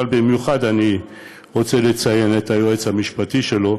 אבל במיוחד אני רוצה לציין את היועץ המשפטי שלו,